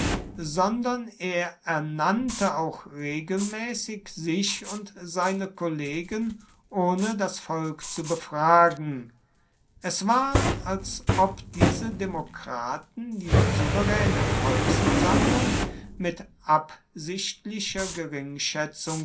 sondern er ernannte auch regelmäßig sich und seine kollegen ohne das volk zu befragen es war als ob diese demokraten die souveräne volksversammlung mit absichtlicher